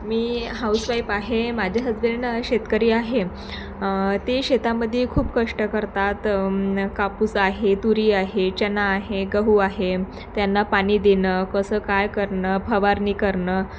मी house wife आहे माझे husband शेतकरी आहे ते शेतामध खूप कष्ट करतात कापूस आहे तुरी आहे चना आहे गहू आहे त्यांना पानी देनं कसं काय करनं फवारनी करनं